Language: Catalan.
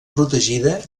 protegida